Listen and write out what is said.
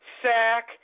sack